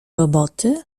roboty